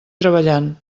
treballant